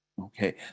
Okay